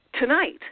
tonight